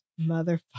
Motherfucker